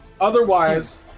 Otherwise